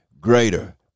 Greater